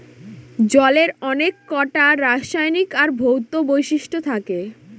জলের অনেককটা রাসায়নিক আর ভৌত বৈশিষ্ট্য থাকে